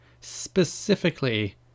specifically